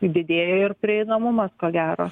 didėja ir prieinamumas ko gero